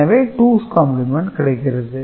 எனவே 2's complement கிடைக்கிறது